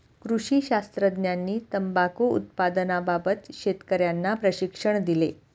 कृषी शास्त्रज्ञांनी तंबाखू उत्पादनाबाबत शेतकर्यांना प्रशिक्षण दिले